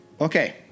Okay